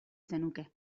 zenuke